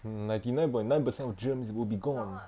ninety nine point nine percent of germs will be gone